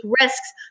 risks